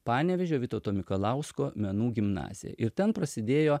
panevėžio vytauto mikalausko menų gimnazija ir ten prasidėjo